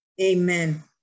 amen